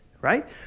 Right